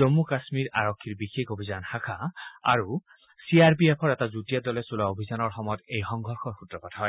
জম্মু কাশ্মীৰ আৰক্ষীৰ বিশেষ অভিযান শাখা আৰু চি আৰ পি এফৰ এটা যুটীয়া দলে চলোৱা অভিযানৰ সময়ত এই সংঘৰ্ষৰ সূত্ৰপাত হয়